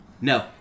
No